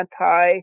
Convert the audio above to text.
anti